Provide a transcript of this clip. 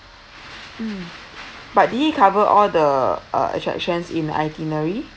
mm but did he cover all the uh attractions in itinerary